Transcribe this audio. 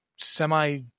Semi